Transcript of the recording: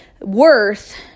worth